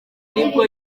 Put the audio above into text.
nibwo